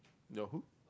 no who